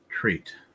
treat